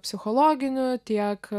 psichologinių tiek